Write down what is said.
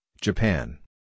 Japan